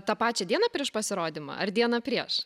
tą pačią dieną prieš pasirodymą ar dieną prieš